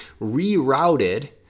rerouted